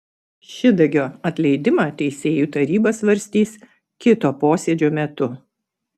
šidagio atleidimą teisėjų taryba svarstys kito posėdžio metu